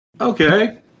Okay